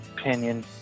opinion